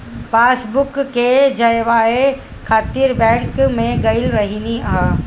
passbook के जचवाए खातिर बैंक में गईल रहनी हअ